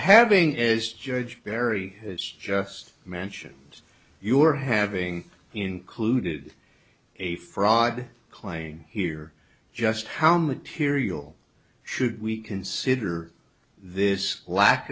having is judge perry has just mentions your having included a fried claim here just how material should we consider this lack